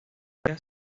varía